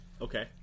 Okay